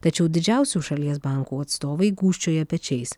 tačiau didžiausių šalies bankų atstovai gūžčioja pečiais